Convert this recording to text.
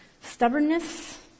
Stubbornness